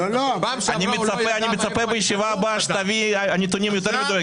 אני מצפה שתביא נתונים יותר מדויקים בישיבה הבאה.